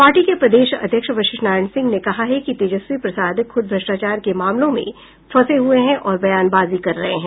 party के प्रदेश अध्यक्ष वशिष्ठ नारायण सिंह ने कहा है कि तेजस्वी प्रसाद खुद भ्रष्टाचार के मामलों में फंसे हुये हैं और बयानबाजी कर रहे हैं